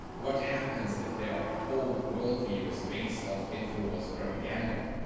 what happens if their whole worldview is based off infowars propaganda?